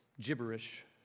gibberish